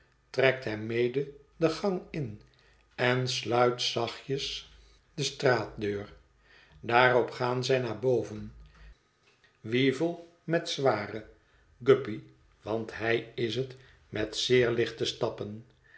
trekt hem mede den gang in en sluit zachtjes de deur daarop gaan zij naar boven weevle met zware guppy want hij is het mét zeer lichte stappen